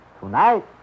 Tonight